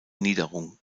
niederung